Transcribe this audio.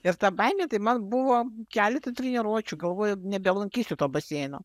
ir ta baimė tai man buvo keletą treniruočių galvojau nebelankysiu to baseino